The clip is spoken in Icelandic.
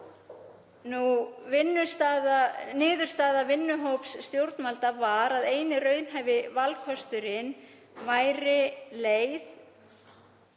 Niðurstaða vinnuhóps stjórnvalda var að eini raunhæfi valkosturinn væri leið